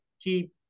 keep